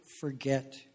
forget